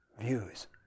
Views